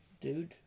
dude